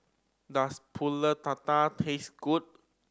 does Pulut Tatal taste good